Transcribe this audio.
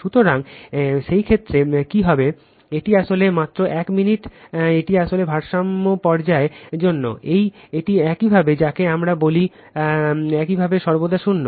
সুতরাং সেই ক্ষেত্রে কি হবে এটি আসলে মাত্র এক মিনিট এটি আসলে ভারসাম্য পর্যায়ের জন্য এটি একইভাবে যাকে আমরা বলি একইভাবে সর্বদা 0